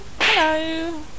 hello